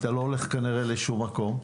אתה לא הולך כנראה לשום מקום,